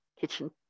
kitchen